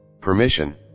permission